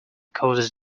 causes